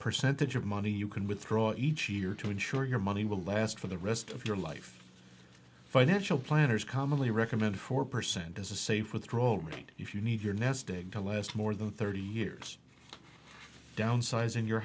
percentage of money you can withdraw each year to ensure your money will last for the rest of your life financial planners commonly recommend four percent as a safe withdrawal rate if you need your nest egg to last more than thirty years downsizing your